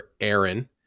Aaron